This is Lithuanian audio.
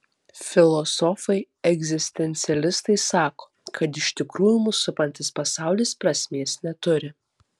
filosofai egzistencialistai sako kad iš tikrųjų mus supantis pasaulis prasmės neturi